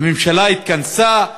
הממשלה התכנסה,